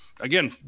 again